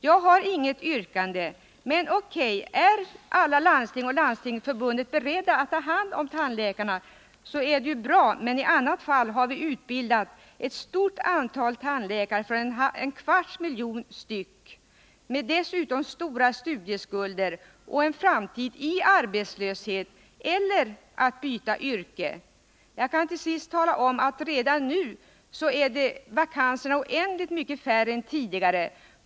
Jag har inget yrkande. Men, okay, är alla landsting och Landstingsförbundet beredda att ta hand om tandläkarna så är det ju bra. I annat fall har vi utbildat ett stort antal tandläkare för en kvarts miljon kronor stycket, människor som dessutom har stora studieskulder och en framtid där de är hänvisade till arbetslöshet eller till att byta yrke. Jag kan till sist tala om att redan nu är vakanserna oändligt mycket färre än tidigare.